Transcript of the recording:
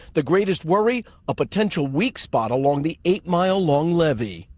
the greatest worry a potential weak spot along the eight-mile long levee.